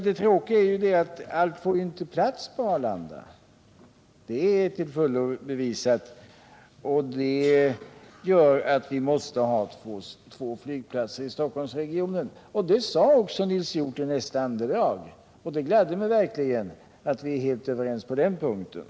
Det tråkiga är emellertid att allt inte får... Nr 52 plats på Arlanda — det är till fullo bevisat — och därför måste vi ha Torsdagen den två flygplatser i Stockholmsregionen. Det sade också Nils Hjorth i nästa 15 december 1977 andedrag, och det gladde mig verkligen att vi är helt överens på den = punkten.